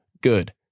Good